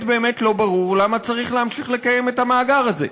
באמת לא ברור למה צריך להמשיך לקיים את המאגר הזה.